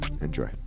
enjoy